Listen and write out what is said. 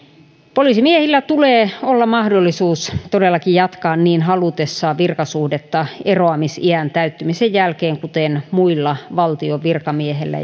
poliisimiehillä tulee olla mahdollisuus todellakin jatkaa niin halutessaan virkasuhdetta eroamisiän täyttymisen jälkeen kuten muilla valtion virkamiehillä